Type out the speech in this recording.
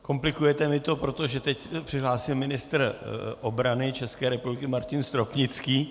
Komplikujete mi to, protože teď se přihlásil ministr obrany České republiky Martin Stropnický.